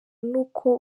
n’uko